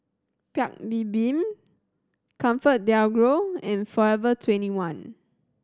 Paik Bibim ComfortDelGro and Forever Twenty one